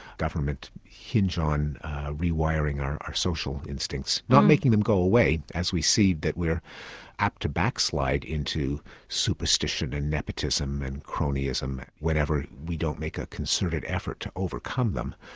government hinge on rewiring our our social instincts, not making them go away, as we see that we're apt to backslide into superstition and nepotism and cronyism whenever we don't make a concerted effort to overcome them.